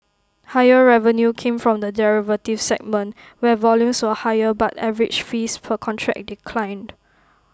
higher revenue came from the derivatives segment where volumes were higher but average fees per contract declined